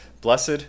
Blessed